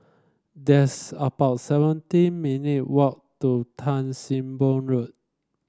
that's about seventeen minute walk to Tan Sim Boh Road